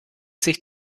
sich